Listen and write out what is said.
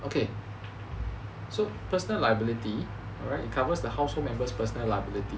okay so personal liability alright it covers the household members personal liability